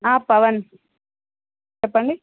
పవన్ చెప్పండి